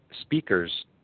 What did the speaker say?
speakers